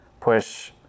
push